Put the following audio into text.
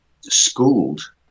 schooled